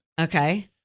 Okay